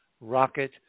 rocket